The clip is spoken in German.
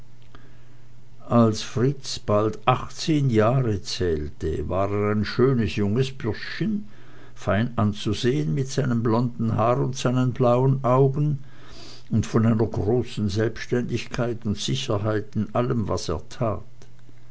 als fritz bald achtzehn jahre zählte war er ein schönes junges bürschchen fein anzusehen mit seinem blonden haare und seinen blauen augen und von einer großen selbständigkeit und sicherheit in allem was er tat